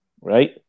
right